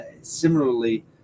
similarly